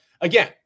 again